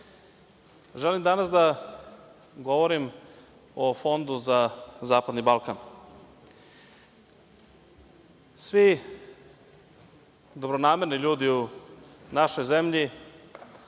želim danas da govorim o Fondu za zapadni Balkan. Svi dobronamerni ljudi u našoj zemlji